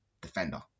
defender